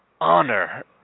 honor